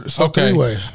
Okay